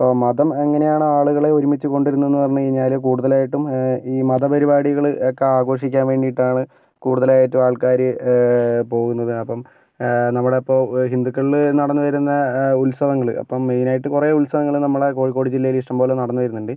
ഇപ്പോൾ മതം എങ്ങനെയാണ് ആളുകളെ ഒരുമിച്ച് കൊണ്ടുവരുന്നതെന്ന് പറഞ്ഞു കഴിഞ്ഞാൽ കൂടുതലായിട്ടും ഈ മതപരിപാടികൾ ഒക്കെ ആഘോഷിക്കാൻ വേണ്ടിയിട്ടാണ് കൂടുതലായിട്ടും ആൾകാർ പോകുന്നത് അപ്പം നമ്മുടെ ഇപ്പോൾ ഹിന്ദുക്കളിൽ നടന്നുവരുന്ന ഉത്സവങ്ങൾ അപ്പം മെയിനായിട്ട് കുറേ ഉത്സവങ്ങൾ നമ്മുടെ കോഴിക്കോട് ജില്ലയിൽ ഇഷ്ടംപോലെ നടന്ന് വരുന്നുണ്ട്